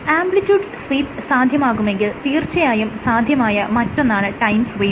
amplitude sweep സാധ്യമാകുമെങ്കിൽ തീർച്ചയായും സാധ്യമായ മറ്റൊന്നാണ് ടൈം സ്വീപ്പ്